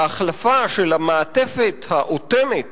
ההחלפה של המעטפת האוטמת